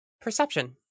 Perception